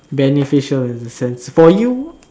beneficial in a sense for you